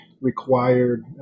required